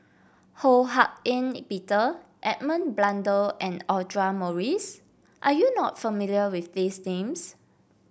Ho Hak Ean Peter Edmund Blundell and Audra Morrice are you not familiar with these names